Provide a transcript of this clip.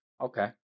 Okay